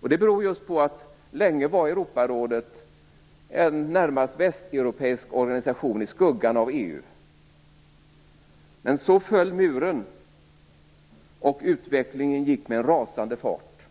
Det beror just på att Europarådet länge var en närmast västeuropeisk organisation i skuggan av EU. Men så föll muren, och utvecklingen gick med en rasande fart.